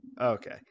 Okay